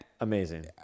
amazing